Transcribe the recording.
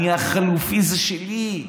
אני החלופי, זה שלי.